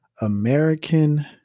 American